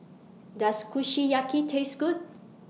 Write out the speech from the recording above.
Does Kushiyaki Taste Good